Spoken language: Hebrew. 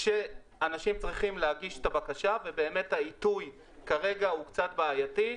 אנשים צריכים להגיש את הבקשה ובאמת העיתוי כרגע הוא קצת בעייתי,